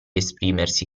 esprimersi